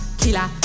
killer